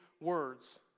words